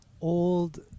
old